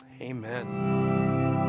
Amen